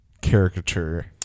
caricature